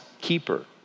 keeper